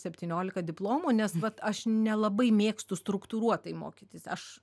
septyniolika diplomų nes vat aš nelabai mėgstu struktūruotai mokytis aš